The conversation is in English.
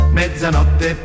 mezzanotte